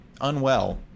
unwell